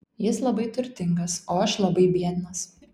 jis labai turtingas o aš labai biednas